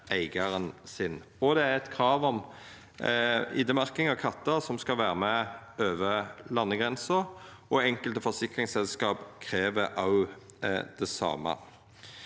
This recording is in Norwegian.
Det er òg eit krav om ID-merking av kattar som skal vera med over landegrensene, og enkelte forsikringsselskap krev det same.